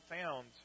found